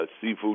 seafood